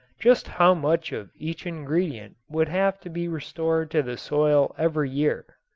just how much of each ingredient would have to be restored to the soil every year.